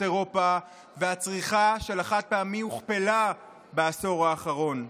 אירופה והצריכה של החד-פעמי הוכפלה בעשור האחרון.